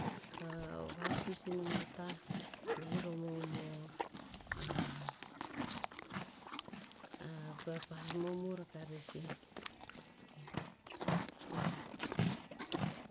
vasuis inama tah, bir o momor pa mompr akah rer sih.